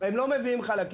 הם כבר לא מביאים חלקים,